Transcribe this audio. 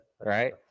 Right